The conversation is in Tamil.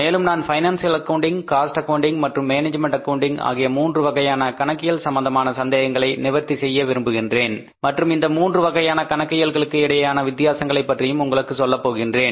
மேலும் நான் ஃபைனான்சியல் அக்கவுண்டிங் காஸ்ட் அக்கவுண்டிங் மற்றும் மேனேஜ்மென்ட் அக்கவுண்டிங் ஆகிய மூன்று வகையான கணக்கியல் சம்பந்தமான சந்தேகங்களையும் நிவர்த்தி செய்ய விரும்புகின்றேன் மற்றும் இந்த மூன்று வகையான கணக்கியல்களுக்கு இடையேயான வித்தியாசங்களை பற்றியும் உங்களுக்கு சொல்லப்போகிறேன்